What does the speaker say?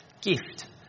gift